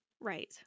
Right